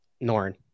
Norn